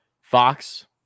Fox